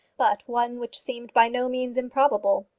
but one which seemed by no means improbable.